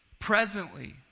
Presently